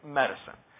medicine